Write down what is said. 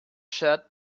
shirt